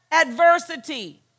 adversity